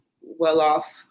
well-off